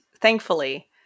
thankfully –